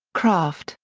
kraft,